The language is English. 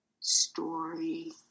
story